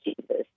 Jesus